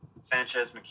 Sanchez